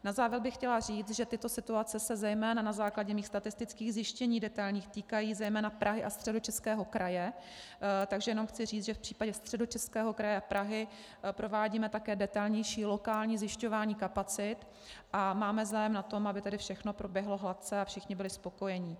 Na závěr bych chtěla říct, že tyto situace se zejména na základě mých statistických detailních zjištění týkají zejména Prahy a Středočeského kraje, takže jenom chci říct, že v případě Středočeského kraje a Prahy provádíme také detailnější lokální zjišťování kapacit a máme zájem na tom, aby všechno proběhlo hladce a všichni byli spokojeni.